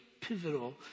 pivotal